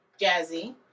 Jazzy